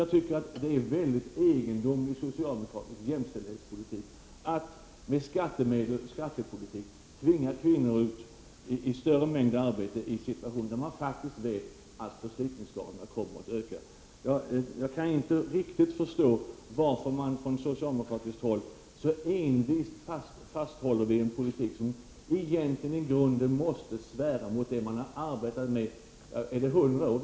Jag tycker att det är en väldigt egendomlig socialdemokratisk jämställdhetspolitik att med skattepolitik tvinga kvinnor ut i större mängd arbete i en situation där man faktiskt vet att förslitningsskadorna kommer att öka. Jag kan inte riktigt förstå varför man från socialdemokratiskt håll så envist fasthåller vid en politik som egentligen i grunden måste svära mot det man har arbetat med i över 100 år.